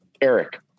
Eric